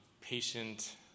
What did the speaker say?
patient